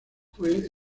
fue